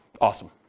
Awesome